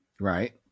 Right